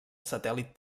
satèl·lit